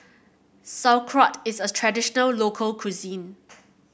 sauerkraut is a traditional local cuisine